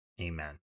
Amen